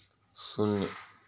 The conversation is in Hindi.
शून्य